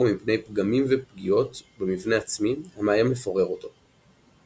מפני פגמים ופגיעות במבנה עצמי המאיים "לפורר" אותו.